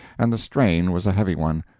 and the strain was a heavy one.